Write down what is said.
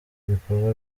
ibikorwa